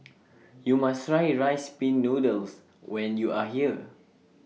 YOU must Try Rice Pin Noodles when YOU Are here